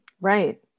Right